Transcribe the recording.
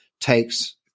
takes